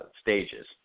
stages